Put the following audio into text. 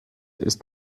ist